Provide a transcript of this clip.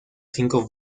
cinco